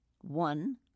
One